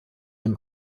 dem